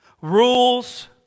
rules